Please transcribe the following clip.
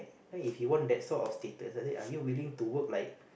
right if you want that sort of status I say are you willing to work like